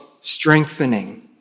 strengthening